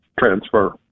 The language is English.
transfer